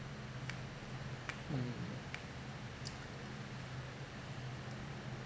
mm